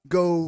go